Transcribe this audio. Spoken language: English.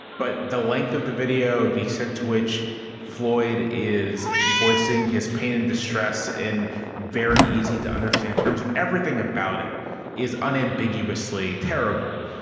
but the length of the video, the to which floyd is voicing his pain and distress and very easy to understand terms. like everything about it is unambiguously terrible.